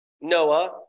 Noah